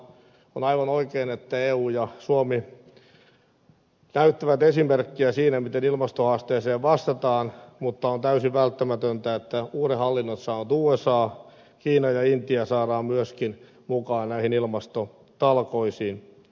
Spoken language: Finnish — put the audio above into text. on aivan oikein että eu ja suomi näyttävät esimerkkiä siinä miten ilmastohaasteeseen vastataan mutta on täysin välttämätöntä että uuden hallinnon saanut usa kiina ja intia saadaan myöskin mukaan näihin ilmastotalkoisiin